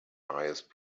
highest